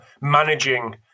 managing